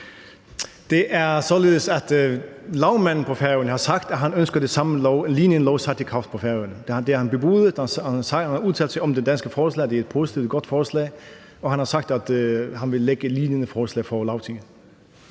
Det er således, at lagmanden på Færøerne har sagt, at han ønsker en lignende lov sat i kraft på Færøerne; det har han bebudet. Han har udtalt om det danske forslag, at det er et positivt og godt forslag, og han har sagt, at han vil fremsætte et lignende forslag i Lagtinget.